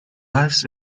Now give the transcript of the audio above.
lives